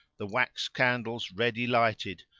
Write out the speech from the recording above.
the wax candles ready lighted,